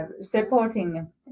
supporting